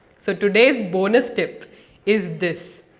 so today's bonus tip is this.